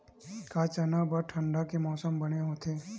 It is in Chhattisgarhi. का चना बर ठंडा के मौसम बने होथे?